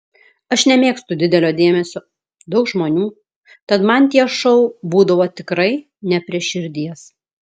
aš nemėgstu didelio dėmesio daug žmonių tad man tie šou būdavo tikrai ne prie širdies